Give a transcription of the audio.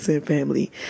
family